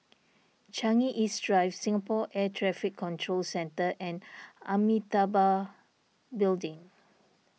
Changi East Drive Singapore Air Traffic Control Centre and Amitabha Building